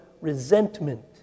resentment